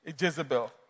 Jezebel